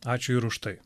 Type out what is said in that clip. ačiū ir už tai